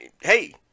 Hey